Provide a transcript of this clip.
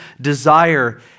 desire